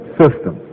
system